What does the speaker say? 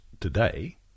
today